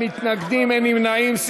מתנגדים, אין נמנעים.